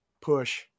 push